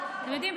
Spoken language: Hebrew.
אתם יודעים,